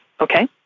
okay